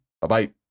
Bye-bye